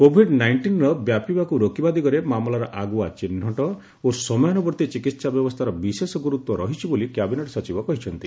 Covid ନାଇଷ୍ଟିନ୍ର ବ୍ୟାପିବାକୁ ରୋକିବା ଦିଗରେ ମାମଲାର ଆଗୁଆ ଚିହ୍ଟ ଓ ସମୟାନ୍ରବର୍ତ୍ତୀ ଚିକିତ୍ସା ବ୍ୟବସ୍ଥାର ବିଶେଷ ଗୁରୁତ୍ୱ ରହିଛି ବୋଲି କ୍ୟାବିନେଟ୍ ସଚିବ କହିଛନ୍ତି